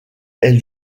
elle